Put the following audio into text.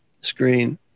screen